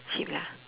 sheep lah